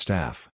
Staff